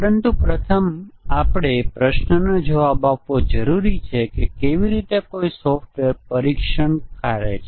પરંતુ અત્યાર સુધી આપણે મ્યુટેશન ટેસ્ટીંગ ના માત્ર ખૂબ જ સકારાત્મક પાસાઓ જોયા છે